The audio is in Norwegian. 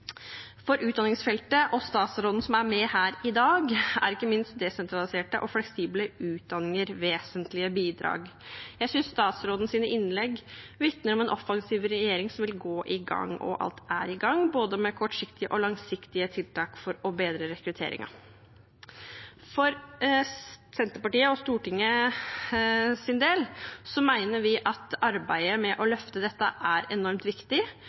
For utdanningsfeltet og statsråden som er med her i dag, er ikke minst desentraliserte og fleksible utdanninger vesentlige bidrag. Jeg synes statsrådens innlegg vitner om en offensiv regjering som vil gå i gang og alt er i gang, både med kortsiktige og langsiktige tiltak for å bedre rekrutteringen. For Senterpartiets og Stortingets del mener vi at arbeidet med å løfte dette er enormt viktig,